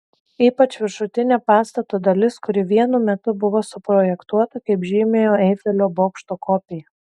ypač viršutinė pastato dalis kuri vienu metu buvo suprojektuota kaip žymiojo eifelio bokšto kopija